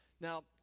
Now